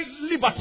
liberty